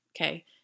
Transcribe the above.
okay